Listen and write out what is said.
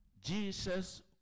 Jesus